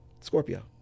Scorpio